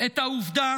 את העובדה